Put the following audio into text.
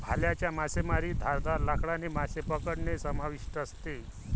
भाल्याच्या मासेमारीत धारदार लाकडाने मासे पकडणे समाविष्ट असते